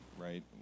right